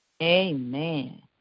Amen